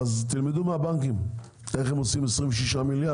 אז תלמדו מהבנקים איך הם עושים 26 מיליארד